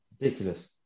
ridiculous